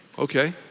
Okay